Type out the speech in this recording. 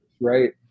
Right